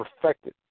perfected